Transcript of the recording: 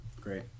Great